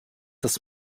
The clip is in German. das